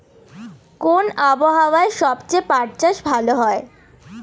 কোন আবহাওয়ায় সবচেয়ে পাট চাষ ভালো হয়?